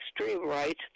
extreme-right